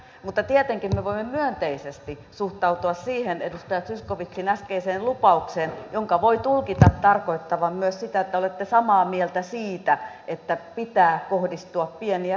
mutta tietenkin me voimme myönteisesti suhtautua siihen edustaja zyskowiczin äskeiseen lupaukseen jonka voi tulkita tarkoittavan myös sitä että olette samaa mieltä siitä että pitää kohdistua pieni ja keskituloisiin